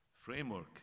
framework